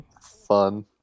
fun